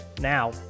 Now